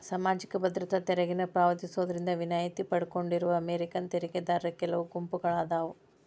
ಸಾಮಾಜಿಕ ಭದ್ರತಾ ತೆರಿಗೆನ ಪಾವತಿಸೋದ್ರಿಂದ ವಿನಾಯಿತಿ ಪಡ್ಕೊಂಡಿರೋ ಅಮೇರಿಕನ್ ತೆರಿಗೆದಾರರ ಕೆಲವು ಗುಂಪುಗಳಾದಾವ